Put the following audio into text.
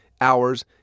hours